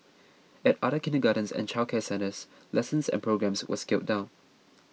at other kindergartens and childcare centres lessons and programmes were scaled down